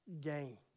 gain